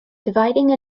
dividing